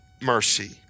mercy